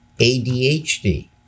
ADHD